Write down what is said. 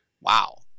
Wow